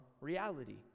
reality